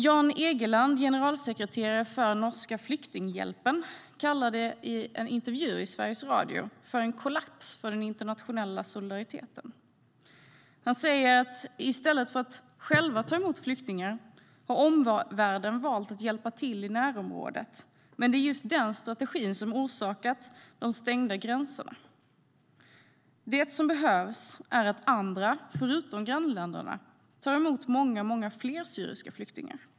Jan Egeland, generalsekreterare i Norska Flyktinghjälpen, kallar det i en intervju i Sveriges Radio för en kollaps för den internationella solidariteten. Han säger: I stället för att själva ta emot flyktingar har omvärlden valt att hjälpa i närområdet, men det är just den strategin som orsakat de stängda gränserna. Det som behövs är att andra, förutom grannländerna, tar emot många, många fler syriska flyktingar.